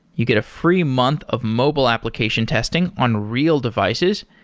you get a free month of mobile application testing on real devices,